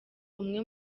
umwe